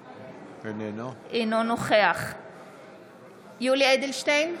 אינו נוכח יולי יואל אדלשטיין,